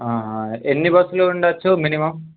ఎన్ని బస్సులు ఉండవచ్చు మినిమమ్